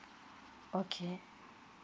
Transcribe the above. okay